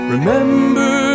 Remember